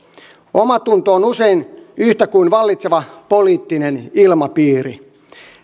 omatunto on usein yhtä kuin vallitseva poliittinen ilmapiiri